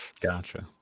gotcha